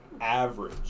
average